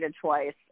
twice